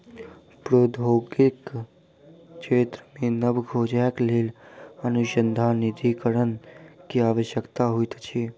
प्रौद्योगिकी क्षेत्र मे नब खोजक लेल अनुसन्धान निधिकरण के आवश्यकता होइत अछि